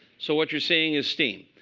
so what you're seeing is steam.